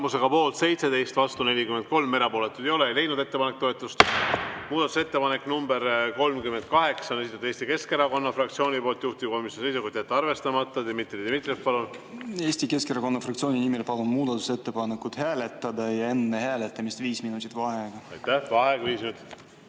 Tulemusega poolt 17, vastu 43, erapooletuid ei ole, ei leidnud ettepanek toetust. Muudatusettepaneku nr 38 on esitanud Eesti Keskerakonna fraktsioon, juhtivkomisjoni seisukoht on jätta arvestamata. Dmitri Dmitrijev, palun! Eesti Keskerakonna fraktsiooni nimel palun muudatusettepanekut hääletada ja enne hääletamist viis minutit vaheaega. Aitäh! Vaheaeg viis minutit.V